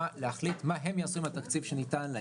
להחליט מה הם יעשו עם התקציב שניתן להם.